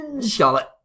Charlotte